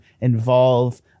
involve